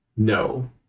No